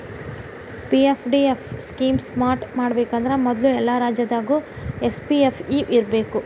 PFDF scheme start ಮಾಡಬೇಕಂದ್ರ ಮೊದ್ಲು ಎಲ್ಲಾ ರಾಜ್ಯದಾಗು ಎಸ್.ಪಿ.ಎಫ್.ಇ ಇರ್ಬೇಕು